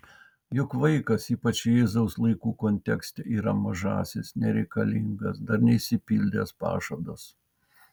juk vaikas ypač jėzaus laikų kontekste yra mažasis nereikalingas dar neišsipildęs pažadas